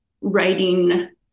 writing